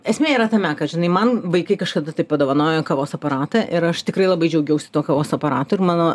esmė yra tame kad žinai man vaikai kažkada tai padovanojo kavos aparatą ir aš tikrai labai džiaugiausi tuo kavos aparatu ir mano